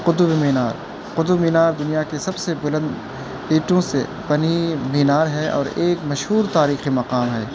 قطب مینار قطب مینار دنیا کی سب سے بلند اینٹوں سے بنی مینار ہے اور ایک مشہور تاریخی مقام ہے